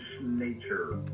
nature